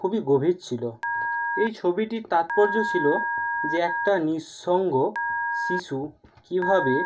খুবই গভীর ছিল এই ছবিটির তাৎপর্য ছিল যে একটা নিঃসঙ্গ শিশু কীভাবে